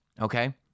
okay